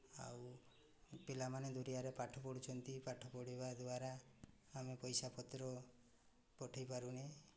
ଆଉ ପିଲାମାନେ ଦୂରିଆରେ ପାଠ ପଢ଼ୁଛନ୍ତି ପାଠ ପଢ଼ିବା ଦ୍ୱାରା ଆମେ ପଇସାପତ୍ର ପଠାଇ ପାରୁନେ